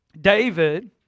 David